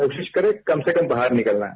कोशिशकरें कम से कम बाहर निकलना है